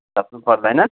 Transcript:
थप्नुपर्दैन